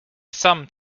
some